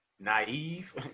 naive